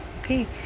okay